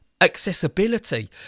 accessibility